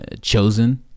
chosen